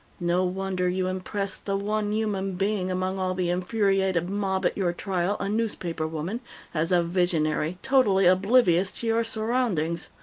no wonder you impressed the one human being among all the infuriated mob at your trial a newspaper woman as a visionary, totally oblivious to your surroundings.